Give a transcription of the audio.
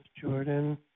Jordan